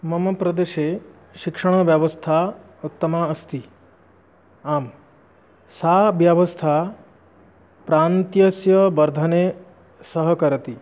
मम प्रदेशे शिक्षणव्यवस्था उत्तमा अस्ति आं सा व्यवस्था प्रान्तस्य वर्धने सहकरोति